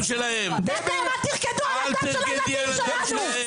אתם אל תרקדו על הדם של הילדים שלנו.